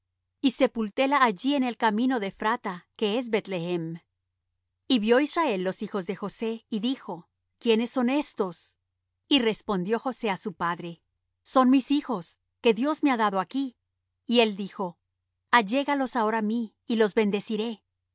y sepultéla allí en el camino de ephrata que es bethlehem y vió israel los hijos de josé y dijo quiénes son éstos y respondió josé á su padre son mis hijos que dios me ha dado aquí y él dijo allégalos ahora á mí y los bendeciré